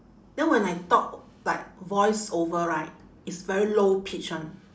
then when I talk like voiceover right it's very low pitch [one]